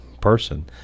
person